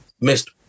Missed